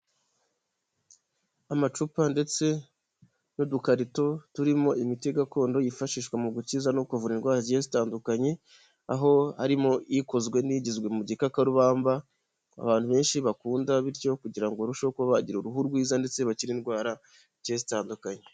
Amacupa ndetse n'udukarito turimo imiti gakondo yifashishwa mu gukiza no kuvura indwara zigiye zitandukanye, aho harimo ikozwe n'igizwe mu gikakarubamba abantu benshi bakunda bityo kugira ngo barusheho kuba bagira uruhu rwiza ndetse bakire indwara zigiye zitandukanye.